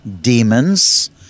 demons